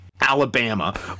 Alabama